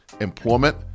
employment